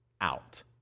out